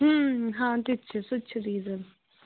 ہاں تِتہِ چھِ سُہ تہِ چھِ ریٖزَن